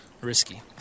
risky